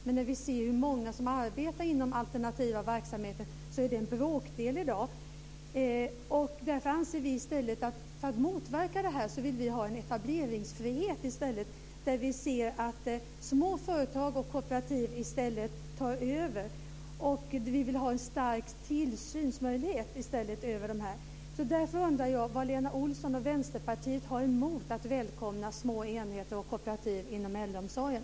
Tittar vi dock på hur många som arbetar inom alternativa verksamheter kan vi se att det är en bråkdel i dag. För att motverka detta vill vi därför ha en etableringsfrihet i stället där små företag och kooperativ kan ta över, och vi vill också ha en stark tillsynsmöjlighet över detta. Därför undrar jag vad Lena Olsson och Vänsterpartiet har emot att välkomna små enheter och kooperativ inom äldreomsorgen.